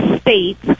states